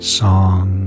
song